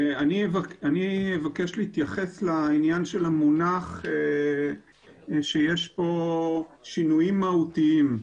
אני מבקש להתייחס לעניין של המונח שיש כאן שינויים מהותיים.